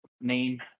name